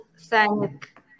thank